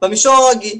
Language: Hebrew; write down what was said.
במישור הרגיל.